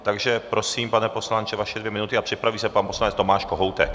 Takže prosím, pane poslanče, vaše dvě minuty, a připraví se pan poslanec Tomáš Kohoutek.